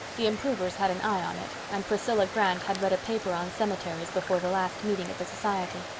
the improvers had an eye on it, and priscilla grant had read a paper on cemeteries before the last meeting of the society.